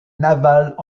navals